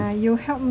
贪污